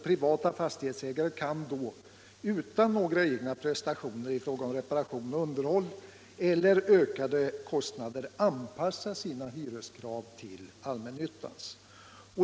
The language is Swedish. Privata fastighetsägare kan utan några större egna prestationer i fråga om reparation och underhåll eller ökade kostnader anpassa sina hyreskrav till ”allmännyttans”.